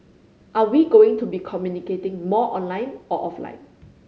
are we going to be communicating more online or offline